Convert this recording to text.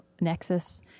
Nexus